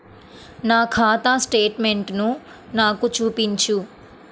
నా ఖాతా స్టేట్మెంట్ను నాకు చూపించు